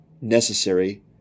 necessary